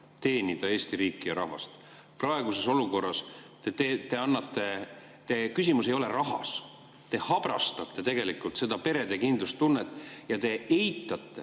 teenida Eesti riiki ja rahvast. Praeguses olukorras te annate … Küsimus ei ole rahas, te habrastate tegelikult perede kindlustunnet ja eitate